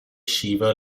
shiva